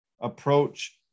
approach